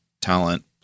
talent